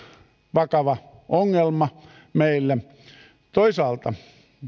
vakava ongelma meillä toisaalta